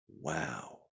wow